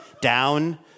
down